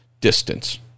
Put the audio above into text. distance